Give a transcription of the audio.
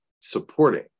supporting